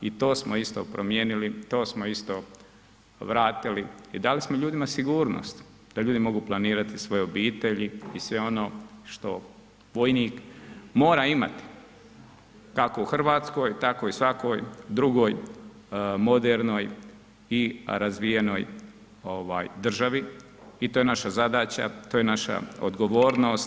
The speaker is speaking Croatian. I to smo isto promijenili, to smo isto vratili i dali smo ljudima sigurnost, da ljudi mogu planirati svoje obitelji i sve ono što vojnik mora imati, kao u Hrvatskoj tako i u svakoj drugoj modernoj i razvijenoj državi i to je naša zadaća, to je naša odgovornost.